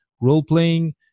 role-playing